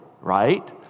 right